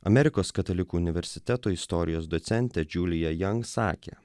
amerikos katalikų universiteto istorijos docentė džiulija jang sakė